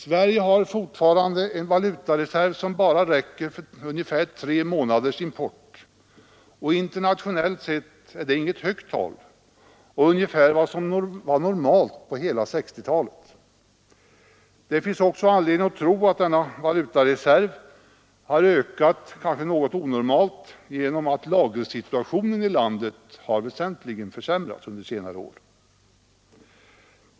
Sverige har fortfarande en valutareserv som bara räcker för ungefär tre månaders import, och internationellt sett är detta inget högt tal. Det är vad som var normalt under hela 1960-talet. Det finns också anledning tro att valutareserven ökat kanske något onormalt genom att lagersituationen i landet väsentligt har försämrats under senare år.